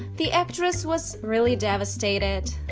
the actress was really devastated.